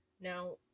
Now